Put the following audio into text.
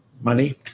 money